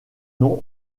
nom